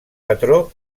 patró